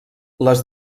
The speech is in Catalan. les